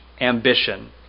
ambition